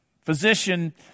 Physician